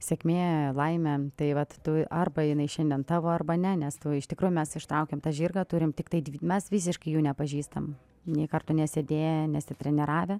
sėkmė laimė tai vat tu arba jinai šiandien tavo arba ne nes iš tikrųjų mes ištraukiam tą žirgą turime tiktai dvi mes visiškai jų nepažįstam nė karto nesėdėję nesitreniravę